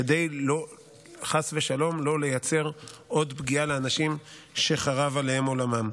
כדי חס ושלום לא לייצר עוד פגיעה לאנשים שחרב עליהם עולמם.